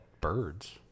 birds